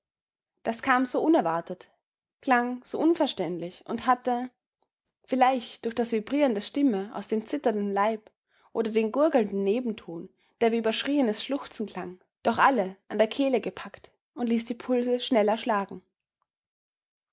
das kam so unerwartet klang so unverständlich und hatte vielleicht durch das vibrieren der stimme aus dem zitternden leib oder den gurgelnden nebenton der wie überschrieenes schluchzen klang doch alle an der kehle gepackt und ließ die pulse schneller schlagen